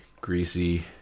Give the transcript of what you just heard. greasy